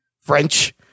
French